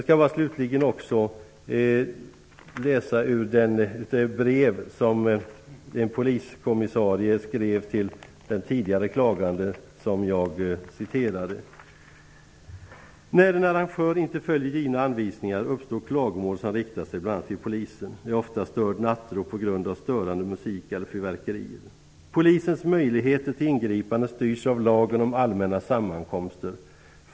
Slutligen skall jag också läsa upp en bit ur ett brev som en poliskommissarie skrev till den klagande som jag tidigare citerade: När en arrangör inte följer givna anvisningar uppstår klagomål som riktar sig bl.a. till polisen. Det är ofta störd nattro på grund av störande musik eller fyrverkerier. Polisens möjligheter till ingripande styrs av lagen om allmänna sammankomster.